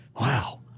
Wow